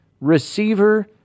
receiver